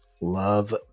Love